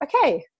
okay